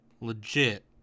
Legit